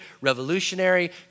revolutionary